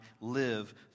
live